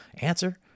answer